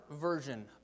version